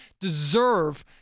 deserve